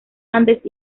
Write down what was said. andes